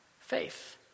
faith